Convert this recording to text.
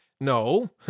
No